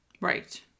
Right